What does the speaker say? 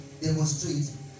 demonstrate